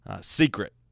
secret